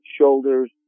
shoulders